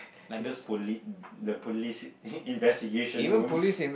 like those poli~ the police investigation rooms